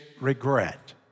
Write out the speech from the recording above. regret